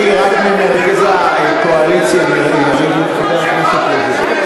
אני רק ממרכז הקואליציה, מחבר הכנסת לוין.